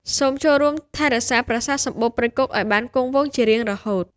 សូមចូលរួមថែរក្សាប្រាសាទសំបូរព្រៃគុកឱ្យបានគង់វង្សជារៀងរហូត។